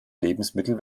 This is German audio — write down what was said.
lebensmittel